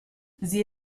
sie